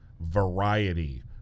variety